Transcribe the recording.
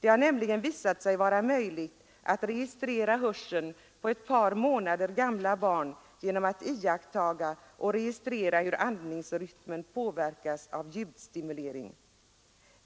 Det har nämligen visat sig vara möjligt att registrera hörseln på ett par månader gamla barn genom att iaktta och registrera hur andningsrytmen påverkas av ljudstimulering.